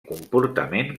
comportament